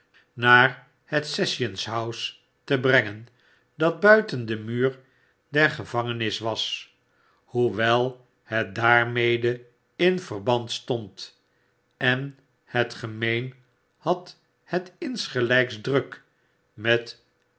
naar het sessions house te brengen dat buiten den muur der gevangenis was hoewel het daarmede m verband stond en het gemeen had het insgelijks druk met